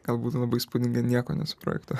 galbūt labai įspūdinga nieko nesuprojektuosi